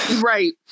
Right